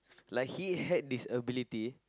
like he had this ability